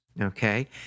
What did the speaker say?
Okay